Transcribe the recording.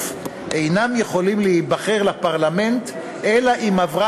אינם יכולים להיבחר לפרלמנט אלא אם עברה